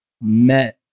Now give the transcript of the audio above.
met